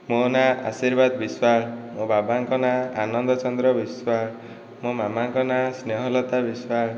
ମୋ' ନାଁ ଆଶୀର୍ବାଦ ବିଶ୍ଵାଳ ମୋ' ବାବାଙ୍କ ନାଆ ଆନନ୍ଦ ଚନ୍ଦ୍ର ବିଶ୍ବାଳ ମୋ' ମାମାଙ୍କ ନାଁ ସ୍ନେହଲତା ବିଶ୍ଵାଳ